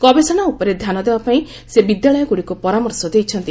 ଗବେଷଣା ଉପରେ ଧ୍ୟାନ ଦେବା ପାଇଁ ସେ ବିଦ୍ୟାଳୟଗୁଡ଼ିକୁ ପରାମର୍ଶ ଦେଇଛନ୍ତି